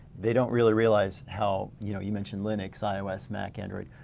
they don't really realize how, you know, you mentioned linux, ios, mac, android.